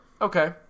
Okay